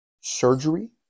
surgery